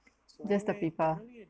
just the people